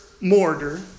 mortar